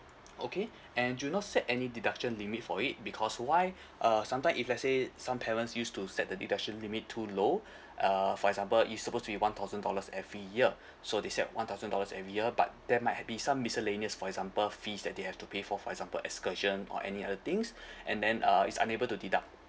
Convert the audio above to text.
okay and do not set any deduction limit for it because why uh sometime if let's say some parents used to set the deduction limit too low uh for example it's supposed to be one thousand dollars every year so they set one thousand dollars every year but there might had be some miscellaneous for example fees that they have to pay for for example excursion or any other things and then uh it's unable to deduct